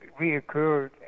reoccurred